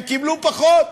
הם קיבלו פחות,